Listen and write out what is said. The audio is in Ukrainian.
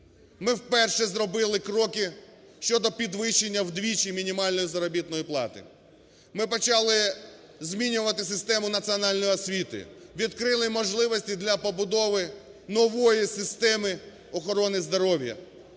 Ми вперше зробили кроки щодо підвищення вдвічі мінімальної заробітної плати. Ми почали змінювати систему національної освіти, відкрили можливості для побудови нової системи охорони здоров'я.